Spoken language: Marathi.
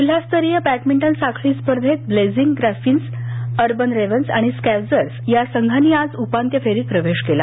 जिल्हास्तरीय बॅडमिंटन साखळी स्पर्धेंत ब्लेझिंग ग्रिफिन्स अर्बन रेवन्स आणि स्कॅवजर्स या संघांनी आज उपांत्य फेरीत प्रवेश केला